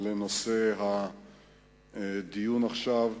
לנושא הדיון עכשיו: